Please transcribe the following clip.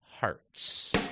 hearts